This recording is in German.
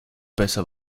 besser